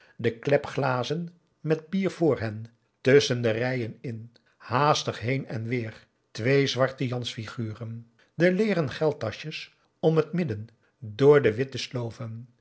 de klepglazen met bier voor hen tusschen de rijen in haastig heen en weer twee zwarte jans figuren de leeren geldtaschjes om het midden door de witte sloven